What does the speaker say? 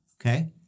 Okay